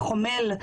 חומל,